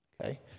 okay